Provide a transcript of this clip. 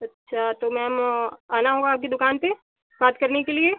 अच्छा तो मैम आना होगा आपकी दुकान पे बात करने के लिए